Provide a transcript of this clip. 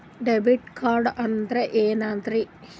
Debit card ಅಂತಂದ್ರೆ ಏನ್ರೀ?